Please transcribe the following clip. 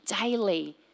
daily